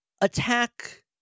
attack